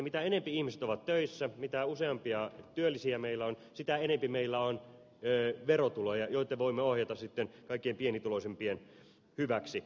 mitä enempi ihmiset ovat töissä mitä useampia työllisiä meillä on sitä enempi meillä on verotuloja joita voimme sitten ohjata kaikkein pienituloisimpien hyväksi